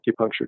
acupuncture